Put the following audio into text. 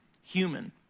human